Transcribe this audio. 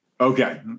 Okay